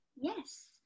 Yes